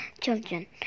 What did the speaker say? children